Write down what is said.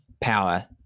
power